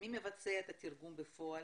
מי מבצע את התרגום בפועל.